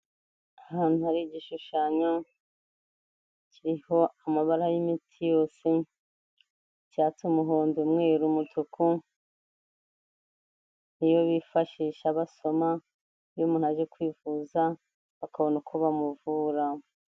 Ahantu hari igishushanyo kiriho amabara y'imiti yose icyatsi, umuhondo, umweru, umutuku niyo bifashisha basoma iyo umuntu aje kwivuza bakabona uko bamuvura.